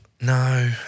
No